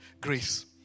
Grace